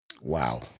Wow